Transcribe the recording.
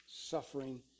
suffering